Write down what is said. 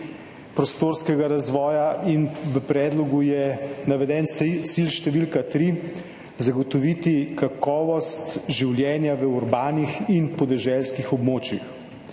prostorskega razvoja in v predlogu je naveden cilj številka 3 – zagotoviti kakovost življenja v urbanih in podeželskih območjih.